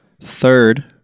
third